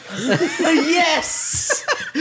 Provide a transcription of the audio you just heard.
Yes